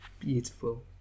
Beautiful